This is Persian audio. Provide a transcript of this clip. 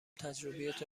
تجربیات